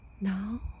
Now